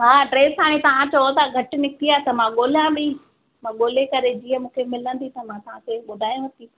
हा ड्रेस हाणे तव्हां चयो था घटि निकिती आहे त मां ॻोल्हियां थी मां ॻोल्हे करे जीअं मूंखे मिलंदी त मां तव्हांखे ॿुधायांव थी